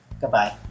goodbye